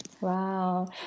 Wow